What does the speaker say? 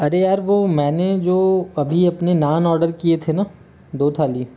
अरे यार वो मैंने जो अभी अपने नान ऑर्डर किए थे न दो थाली